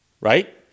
right